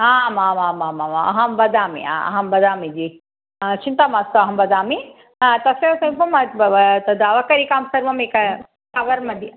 आम् आम् आम् अहं वदामि अहं वदामि जि चिन्ता मास्तु अहं वदामि तत्र सर्वं बव तद् अवकरिकां सर्वम् एकं कवर् मध्ये